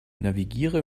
navigiere